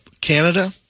Canada